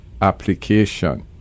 application